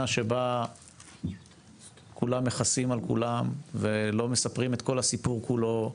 שבה כולם מכסים על כולם ולא מספרים את כל הסיפור כולו,